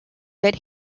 that